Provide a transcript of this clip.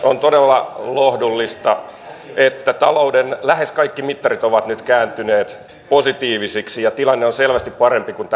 on todella lohdullista että talouden lähes kaikki mittarit ovat nyt kääntyneet positiivisiksi ja tilanne on selvästi parempi kuin